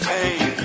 Pain